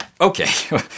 Okay